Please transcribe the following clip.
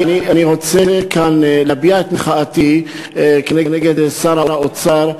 אני רוצה להביע כאן את מחאתי כנגד שר האוצר,